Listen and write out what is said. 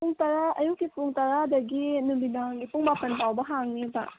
ꯄꯨꯡ ꯇꯔꯥ ꯑꯌꯨꯛꯀꯤ ꯄꯨꯡ ꯇꯔꯥꯗꯒꯤ ꯅꯨꯃꯤꯗꯥꯡꯒꯤ ꯄꯨꯡ ꯃꯄꯜ ꯐꯥꯎꯕ ꯍꯥꯡꯅꯤꯕ